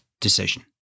decision